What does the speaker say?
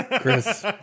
Chris